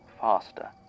faster